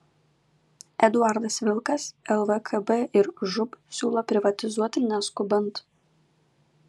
eduardas vilkas lvkb ir žūb siūlo privatizuoti neskubant